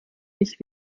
nicht